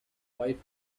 wife